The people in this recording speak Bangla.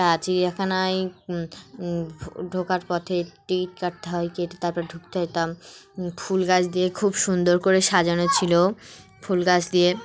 প্রা চিড়িয়াখানায় ঢোকার পথে টিকিট কাটতে হয় কেটে তারপর ঢুকতে হতাম ফুল গাছ দিয়ে খুব সুন্দর করে সাজানো ছিলো ফুল গাছ দিয়ে